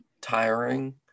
tiring